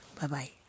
bye-bye